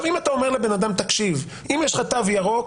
אם אתה אומר לבן אדם: אם יש לך תו ירוק